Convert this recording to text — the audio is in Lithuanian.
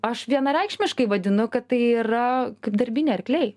aš vienareikšmiškai vadinu kad tai yra kaip darbiniai arkliai